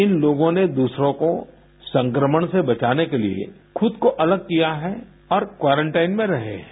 इन लोगों ने दूसरों को संक्रमण से बचाने के लिए खुद को अलग किया है और क्वारेंटाइन में रहे हैं